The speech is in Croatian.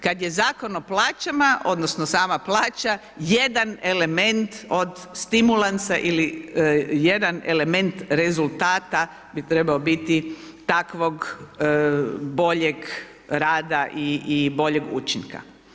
Kada je Zakon o plaćama, odnosno, sama plaća jedan element od stimulansa, odnosno, jedan element rezultata bi trebao biti takvog boljeg rada i boljeg učinka.